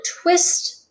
twist